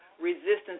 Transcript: resistance